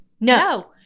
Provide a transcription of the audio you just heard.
no